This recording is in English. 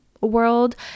world